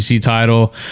title